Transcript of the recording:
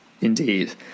indeed